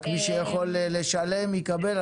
רק מי שיכול לשלם יקבל?